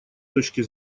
точки